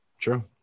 true